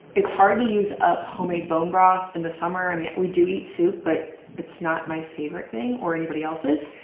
it's hard to use up homemade bone broth in the summer, i mean. we do eat soup but it's not my favorite thing or anybody else's.